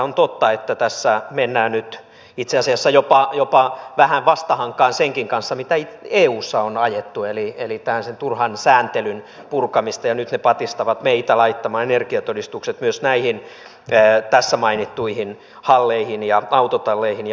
on totta että tässä mennään nyt itse asiassa jopa vähän vastahankaan senkin kanssa mitä eussa on ajettu eli on tällaista turhan sääntelyn purkamista ja nyt ne patistavat meitä laittamaan energiatodistukset myös näihin tässä mainittuihin halleihin ja autotalleihin ja muihin